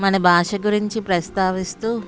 మాన భాష గురించి ప్రస్తావిస్తూ